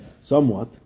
somewhat